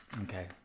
Okay